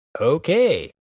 Okay